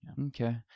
Okay